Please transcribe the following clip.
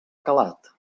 calat